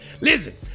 Listen